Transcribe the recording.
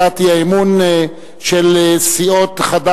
השר בגין יענה על הצעת האי-אמון של סיעות בל"ד,